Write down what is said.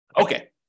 Okay